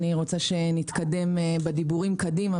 אני רוצה שנתקדם בדיבורים קדימה,